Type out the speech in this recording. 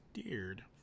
steered